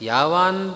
Yavan